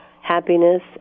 happiness